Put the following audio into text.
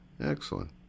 excellent